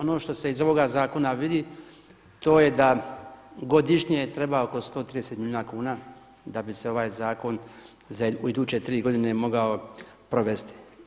Ono što se iz ovoga zakona vidi to je da godišnje treba oko 130 milijuna kuna da bi se ovaj zakon u iduće tri godine mogao provesti.